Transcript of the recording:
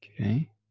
Okay